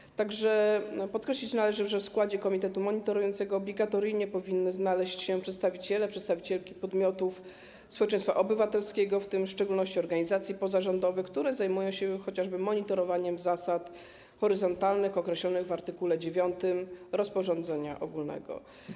Należy także podkreślić, że w składzie komitetu monitorującego obligatoryjnie powinni znaleźć się przedstawiciele, przedstawicielki podmiotów społeczeństwa obywatelskiego, w tym w szczególności organizacji pozarządowych, które zajmują się chociażby monitorowaniem zasad horyzontalnych określonych w art. 9 rozporządzenia ogólnego.